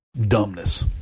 Dumbness